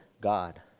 God